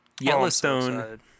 Yellowstone